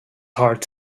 heart